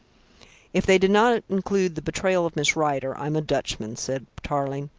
if they did not include the betrayal of miss rider, i'm a dutchman, said tarling.